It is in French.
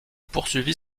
poursuivit